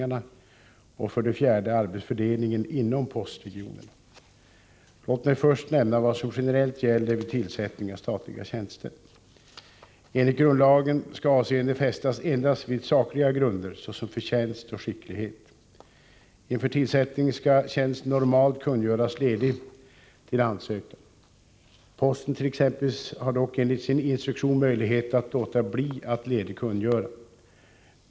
Låt mig först nämna vad som generellt gäller vid tillsättning av statliga tjänster. Enligt grundlagen skall avseende fästas endast vid sakliga grunder, såsom förtjänst och skicklighet. Inför tillsättning skall tjänsten normalt kungöras ledig till ansökan. Posten t.ex. har dock enligt sin instruktion möjlighet att låta bli att ledigkungöra.